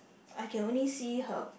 I can only see her